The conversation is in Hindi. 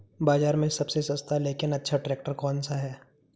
बाज़ार में सबसे सस्ता लेकिन अच्छा ट्रैक्टर कौनसा है?